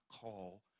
call